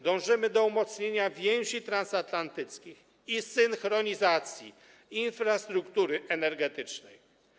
Dążymy do umocnienia więzi transatlantyckich i synchronizacji infrastruktury energetycznej.